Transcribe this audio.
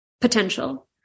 potential